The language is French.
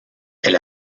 elle